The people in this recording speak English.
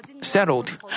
settled